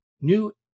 New